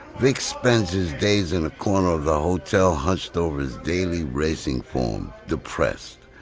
vic spends his days in a corner of the hotel, hunched over his daily racing form. depressed,